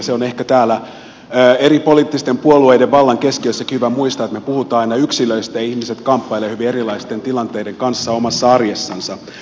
se on ehkä täällä eri poliittisten puolueiden vallan keskiössäkin hyvä muistaa että me puhumme aina yksilöistä ja ihmiset kamppailevat hyvin erilaisten tilanteiden kanssa omassa arjessansa